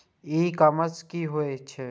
ई commerce की होए छै?